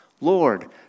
Lord